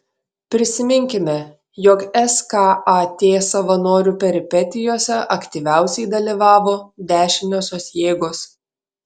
prisiminkime jog skat savanorių peripetijose aktyviausiai dalyvavo dešiniosios jėgos